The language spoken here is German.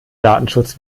datenschutz